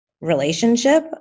relationship